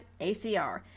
ACR